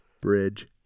bridge